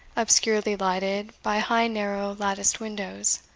obscurely lighted by high narrow latticed windows.